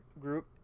group